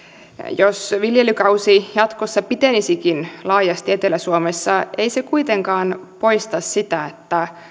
jos viljelykausi jatkossa pitenisikin laajasti etelä suomessa ei se kuitenkaan poista sitä että